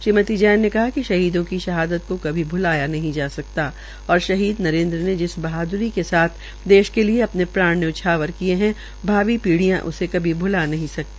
श्रीमती जैन ने कहा कि शहीदों की शहादत को कभी भुलाया नहीं जा सकता और शहीद नरेन्द्र ने जिस बहाद्री के साथ देश के लिए प्राण न्यौछावर किये है भावी पीढियां इसे कभी भुला नहीं सकती